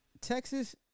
Texas